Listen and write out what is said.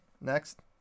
next